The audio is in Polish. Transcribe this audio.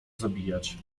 zabijać